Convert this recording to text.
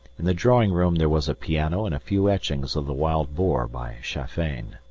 in the drawing-room there was a piano and a few etchings of the wild boar by schaffein.